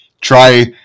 try